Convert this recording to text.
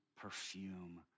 perfume